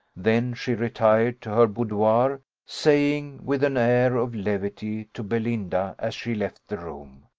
then she retired to her boudoir, saying, with an air of levity, to belinda as she left the room,